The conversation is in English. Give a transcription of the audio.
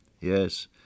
yes